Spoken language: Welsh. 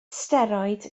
steroid